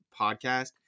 podcast